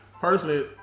personally